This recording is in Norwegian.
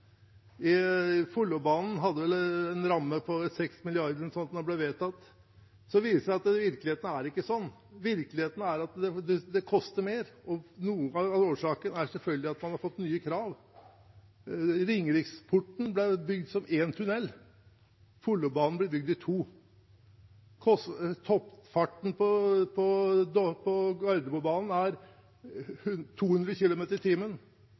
ramme på ca. 6 mrd. kr da den ble vedtatt. Så viser det seg at virkeligheten er ikke sånn. Virkeligheten er at det koster mer, og noe av årsaken er selvfølgelig at man har fått nye krav. Romeriksporten ble bygd som én tunnel, Follobanen blir bygd i to. Toppfarten på Gardermobanen er 200 km/t,